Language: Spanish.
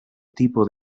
tipo